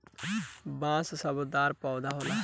बांस सदाबहार पौधा होला